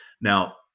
Now